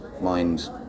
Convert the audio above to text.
mind